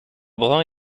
bruns